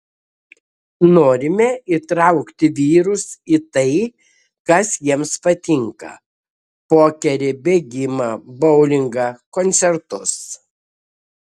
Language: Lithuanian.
norime įtraukti vyrus į tai kas jiems patinka pokerį bėgimą boulingą koncertus